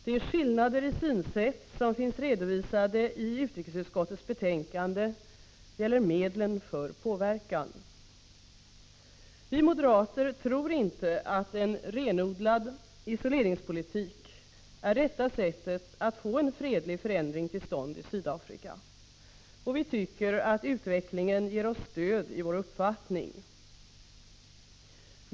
De skillnader i synsätt som finns redovisade i utrikesutskottets betänkande gäller medlen för påverkan. Vi moderater tror inte att en renodlad isoleringspolitik är rätta sättet att få en fredlig förändring till stånd i Sydafrika. Vi tycker att utvecklingen ger oss stöd i vår uppfattning.